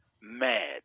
mad